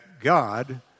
God